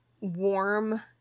warm